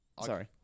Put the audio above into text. Sorry